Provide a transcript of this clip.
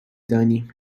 دانیم